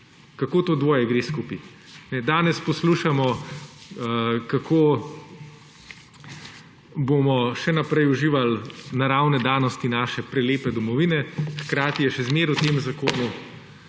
Kako gre to dvoje skupaj? Danes poslušamo, kako bomo še naprej uživali naravne danosti naše prelepe domovine. Hkrati je še zmeraj v tem zakonu